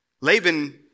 Laban